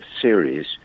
series